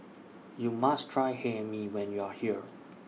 YOU must Try Hae Mee when YOU Are here